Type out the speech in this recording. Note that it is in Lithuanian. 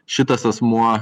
šitas asmuo